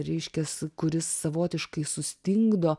reiškias kuris savotiškai sustingdo